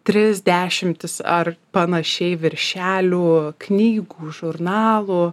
tris dešimtis ar panašiai viršelių knygų žurnalų